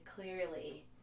clearly